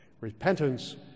Repentance